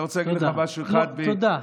אז אני רוצה להגיד לך משהו אחד, לא, תודה.